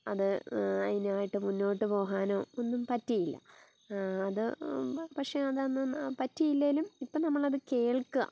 അത് അതിനായിട്ട് മുന്നോട്ട് പോകാനോ ഒന്നും പറ്റിയില്ല അത് പക്ഷേ അത് അന്ന് പറ്റിയില്ലെങ്കിലും ഇപ്പം നമ്മൾ അത് കേൾക്കുക